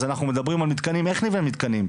אז אנחנו מדברים על מתקנים, איך נבנה מתקנים.